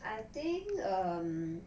I think um